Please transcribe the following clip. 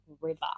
river